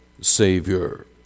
Savior